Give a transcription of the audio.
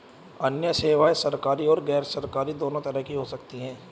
अन्य सेवायें सरकारी और गैरसरकारी दोनों तरह की हो सकती हैं